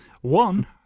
One